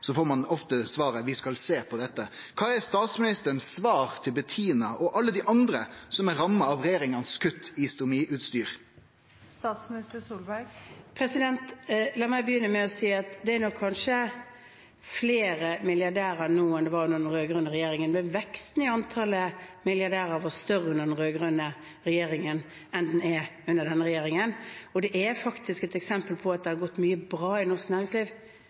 svaret er oftest Vi skal se på dette.» Kva er statsministerens svar til Bettina og alle dei andre som er ramma av regjeringas kutt i stomiutstyr? La meg begynne med å si at det kanskje er flere milliardærer nå enn det var under den rød-grønne regjeringen, men veksten i antall milliardærer var større under den rød-grønne regjeringen enn den er under denne regjeringen. Og det er faktisk et eksempel på at mye har gått bra i norsk næringsliv.